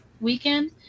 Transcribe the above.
weekend